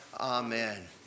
Amen